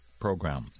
program